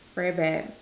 very bad